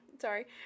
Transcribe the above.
sorry